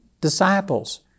disciples